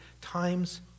Time's